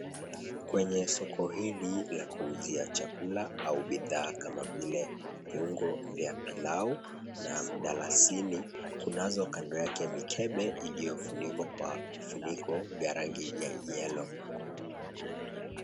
Kwenye soko hili la kuuzia chakula ama bidhaa kama vile viungo vya pilau na mdalasini kunazo kando yake mikebe iliyofunikwa kwa vifuniko vya rangi ya yellow .